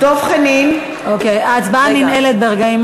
בעד ההצבעה ננעלת ברגעים